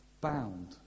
bound